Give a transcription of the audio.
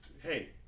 hey